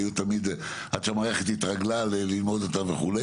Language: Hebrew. היו עד שהמערכת התרגלה ללמוד אותם וכו'.